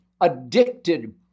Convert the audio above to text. addicted